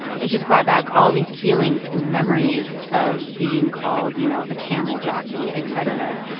it just brought back all these feelings and memories of being called, you know, a camel jockey, et cetera